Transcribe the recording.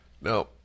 Now